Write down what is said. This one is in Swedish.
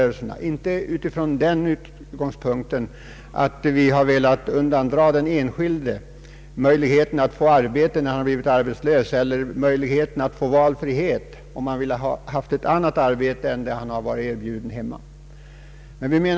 Det har inte skett från den utgångspunkten att vi har velat undan dra den enskilde möjligheten att få arbete när han blivit arbetslös eller möjligheten till valfrihet om han velat ha ett annat arbete än det som kunnat erbjudas honom på hemorten.